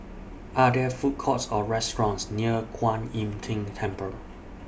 Are There Food Courts Or restaurants near Kuan Im Tng Temple